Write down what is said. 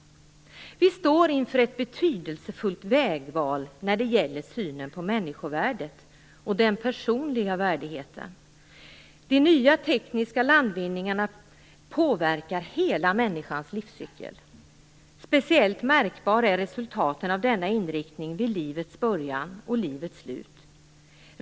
Vi står inför ett betydelsefullt vägval när det gäller synen på människovärdet och den personliga värdigheten. De nya tekniska landvinningarna påverkar hela människans livscykel. Speciellt märkbara är resultaten av denna inriktning vid livets början och livets slut.